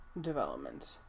development